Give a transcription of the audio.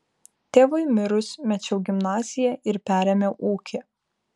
tėvui mirus mečiau gimnaziją ir perėmiau ūkį